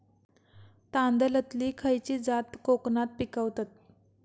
तांदलतली खयची जात कोकणात पिकवतत?